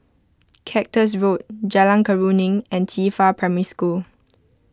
Cactus Road Jalan Keruing and Qifa Primary School